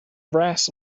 brass